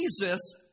Jesus